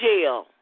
jail